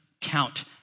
count